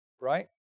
right